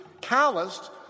calloused